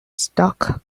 stuck